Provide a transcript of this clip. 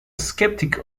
skeptic